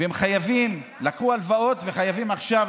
והם לקחו הלוואות והם חייבים עכשיו,